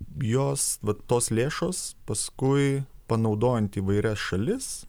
jos vat tos lėšos paskui panaudojant įvairias šalis